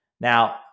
Now